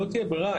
לא תהיה ברירה,